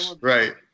right